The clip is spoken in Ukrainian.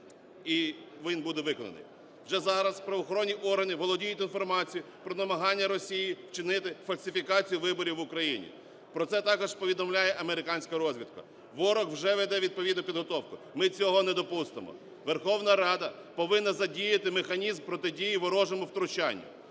Вже зараз правоохоронні органи володіють інформацією про намагання Росії вчинити фальсифікацію виборів в Україні. Про це також повідомляє американська розвідка. Ворог вже веде відповідну підготовку. Ми цього не допустимо. Верховна Рада повинна задіяти механізм протидії ворожому втручанню.